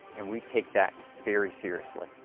and we take that very seriously.